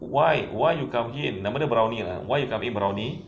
why why you come in nama dia brownie why you come in brownie